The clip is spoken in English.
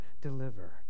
deliver